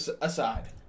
aside